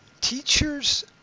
teachers